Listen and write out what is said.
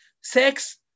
sex